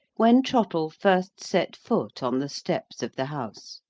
when trottle first set foot on the steps of the house.